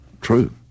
true